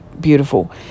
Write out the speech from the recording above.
beautiful